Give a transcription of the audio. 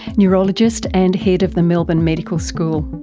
neurologist and head of the melbourne medical school.